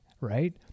Right